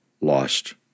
lost